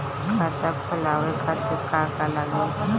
खाता खोलवाए खातिर का का लागी?